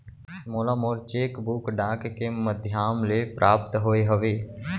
मोला मोर cheque book डाक के मध्याम ले प्राप्त होय हवे